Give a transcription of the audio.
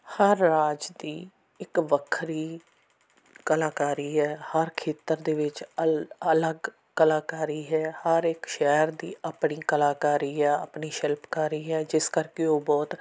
ਹਰ ਰਾਜ ਦੀ ਇੱਕ ਵੱਖਰੀ ਕਲਾਕਾਰੀ ਹੈ ਹਰ ਖੇਤਰ ਦੇ ਵਿੱਚ ਅਲ ਅਲੱਗ ਕਲਾਕਾਰੀ ਹੈ ਹਰ ਇੱਕ ਸ਼ਹਿਰ ਦੀ ਆਪਣੀ ਕਲਾਕਾਰੀ ਆ ਆਪਣੀ ਸ਼ਿਲਪਕਾਰੀ ਹੈ ਜਿਸ ਕਰਕੇ ਉਹ ਬਹੁਤ